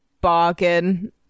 bargain-